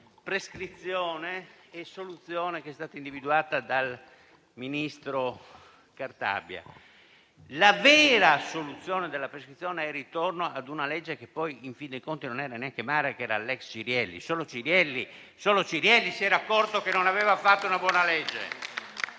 prescrizione e sulla soluzione che è stata individuata dal ministro Cartabia. La vera soluzione alla prescrizione è il ritorno ad una legge che poi, in fin dei conti, non era neanche male, vale a dire la ex Cirielli: solo Cirielli si era accorto di non aver fatto una buona legge.